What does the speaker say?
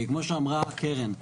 כמו שאמרה קרן,